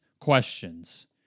questions